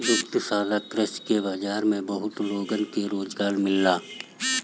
दुग्धशाला कृषि के बाजार से बहुत लोगन के रोजगार मिलता